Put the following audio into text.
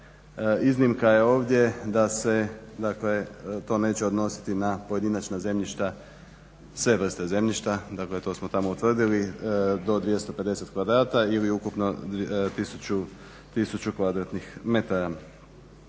Iznimka je ovdje da se dakle to neće odnositi na pojedinačna zemljišta sve vrste zemljišta, dakle to smo tamo utvrdili do 250 kvardata ili ukupno 1000 kvadratnih metara.